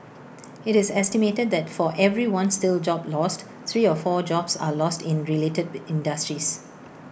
IT is estimated that for every one steel job lost three or four jobs are lost in related industries